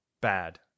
Bad